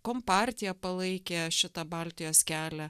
kompartija palaikė šitą baltijos kelią